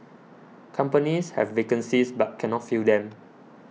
companies have vacancies but cannot fill them